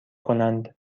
کنند